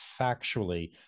factually